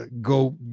go